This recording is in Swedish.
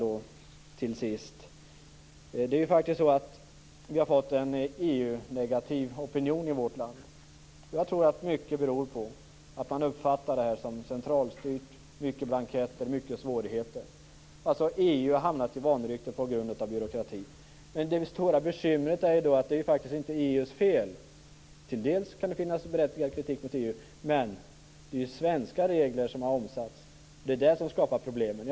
Vi har ju fått en EU-negativ opinion i vårt land. Jag tror att mycket av det beror på att man uppfattar detta som centralstyrt. Det är mycket blanketter och mycket svårigheter. EU har hamnat i vanrykte på grund av byråkratin. Men det stora bekymret är ju att detta faktiskt inte är EU:s fel. Till dels kan det finnas berättigad kritik mot EU, men det är ju svenska regler som har omsatts. Det är det som skapar problemen.